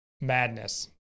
madness